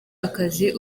akazi